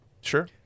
Sure